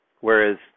whereas